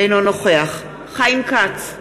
אינו נוכח חיים כץ,